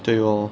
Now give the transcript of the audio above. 对 lor